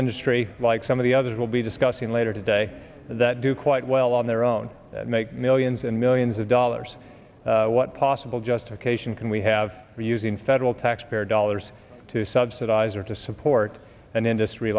industry like some of the others will be discussing later today that do quite well on their own make millions and millions of dollars what possible justification can we have using federal taxpayer dollars to subsidize or to support an industry